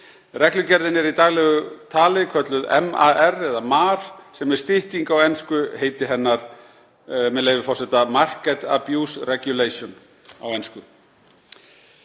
Reglugerðin er í daglegu tali kölluð MAR, sem er stytting á ensku heiti hennar, með leyfi forseta, Market Abuse Regulation.